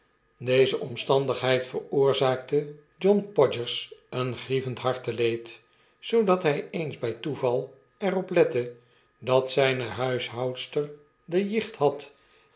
deze omstandigheid veroorzaakte john podgers een grievend harteleed totdat hij eens by toeval er op lette dat zjjne huishoudster de jicht had